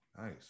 nice